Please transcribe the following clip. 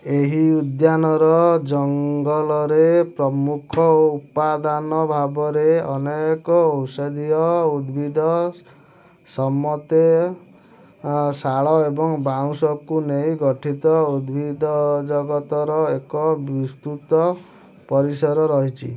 ଏହି ଉଦ୍ୟାନର ଜଙ୍ଗଲରେ ପ୍ରମୁଖ ଉପାଦାନ ଭାବରେ ଅନେକ ଔଷଧୀୟ ଉଦ୍ଭିଦ ସମେତ ଶାଳ ଏବଂ ବାଉଁଶକୁ ନେଇ ଗଠିତ ଉଦ୍ଭିଦଜଗତର ଏକ ବିସ୍ତୃତ ପରିସର ରହିଛି